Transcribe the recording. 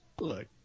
look